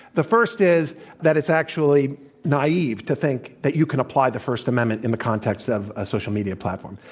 the first is that it's actually naive to think that you can apply the first amendment in the context of a social media platform.